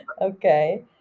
Okay